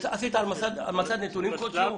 עשית מסד נתונים כלשהו?